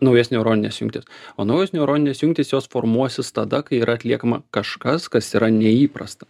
naujas neuronines jungtis o naujos neuroninės jungtys jos formuosis tada kai yra atliekama kažkas kas yra neįprasta